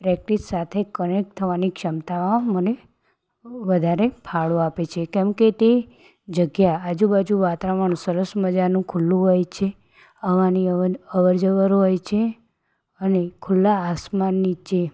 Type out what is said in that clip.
practice સાથે connect થવાની ક્ષમતા મને વધારે ફાળો આપે છે કેમકે તે જગ્યા આજુ બાજુ વાતાવરણ સરસ મજાનું ખૂલ્લું હોય છે હવાની અવર જવર હોય છે અને ખુલ્લા આસમાન નીચે